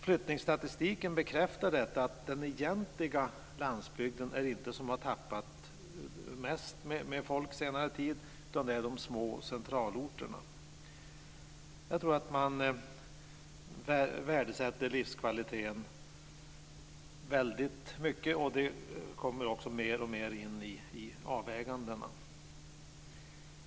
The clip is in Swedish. Flyttningsstatistiken bekräftar att det inte är den egentliga landsbygden som har tappat mest folk under senare tid, utan det är de små centralorterna. Jag tror att man värdesätter livskvalitet väldigt mycket, och det kommer också mer och mer in i avvägandena.